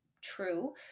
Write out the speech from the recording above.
true